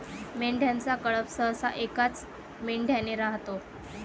मेंढ्यांचा कळप सहसा एकाच मेंढ्याने राहतो